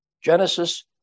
Genesis